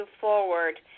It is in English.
forward